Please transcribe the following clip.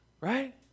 Right